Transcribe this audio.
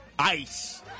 ICE